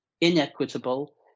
inequitable